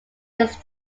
his